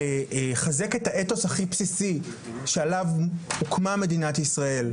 לחזק את האתוס הכי בסיסי שעליו הוקמה מדינת ישראל,